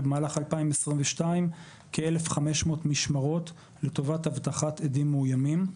ובמהלך 2022 כ-1,500 משמרות לטובת אבטחת עדים מאוימים.